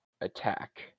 attack